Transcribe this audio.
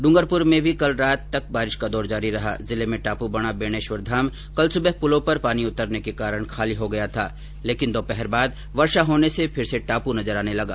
ड्रंगरपुर में भी कल रात तक बारिश का दौर जारी रहा जिले में टापू बना बेणेश्वर धाम कल सुबह पुलों पर पानी उतरने के कारण खाली हो गया थे लेकिन दोपहर बाद वर्षा होने से फिर से टाप्र नजर आने लगा